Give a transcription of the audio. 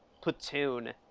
platoon